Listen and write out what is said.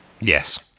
Yes